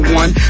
one